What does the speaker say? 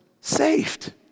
saved